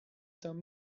tam